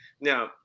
Now